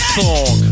song